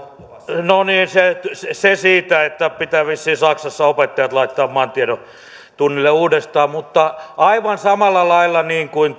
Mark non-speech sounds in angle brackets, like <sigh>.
no niin se se siitä eli pitää vissiin saksassa opettajat laittaa maantiedon tunnille uudestaan mutta aivan samalla lailla kuin <unintelligible>